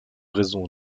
raisons